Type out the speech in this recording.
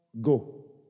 go